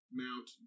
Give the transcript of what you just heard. mount